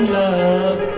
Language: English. love